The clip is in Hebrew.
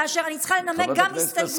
כאשר אני צריכה לנמק גם הסתייגויות בוועדות.